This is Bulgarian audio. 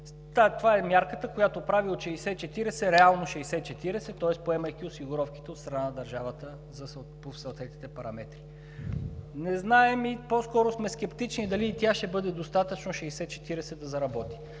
Това е мярката, която прави от 60/40, реално 60/40, тоест, поемайки осигуровките от страна на държавата по съответните параметри. Не знаем и по-скоро сме скептични дали и тя ще бъде достатъчна – 60/40, да заработи,